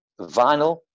vinyl